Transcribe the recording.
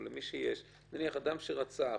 אבל למי שיש נניח אדם שרצח